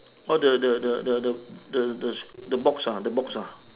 oh the the the the the the the box ah the box ah